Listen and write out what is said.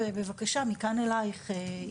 בבקשה, מכאן אלייך.